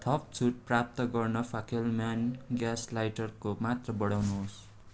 थप छुट प्राप्त गर्न फाकेलम्यान ग्यास लाइटरको मात्रा बढाउनुहोस्